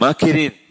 Makirin